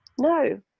No